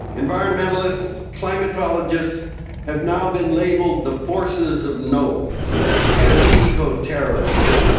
environmentalists, climatologists have now been labelled the forces of no and eco-terrorists.